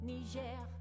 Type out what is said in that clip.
Niger